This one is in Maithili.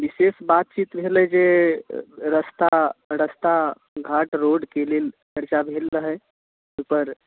विशेष बात किछु भेलै जे रस्ता रस्ता घाट रोडके लेल चर्चा भेल रहै ओहिपर